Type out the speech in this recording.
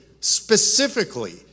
specifically